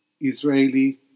Israeli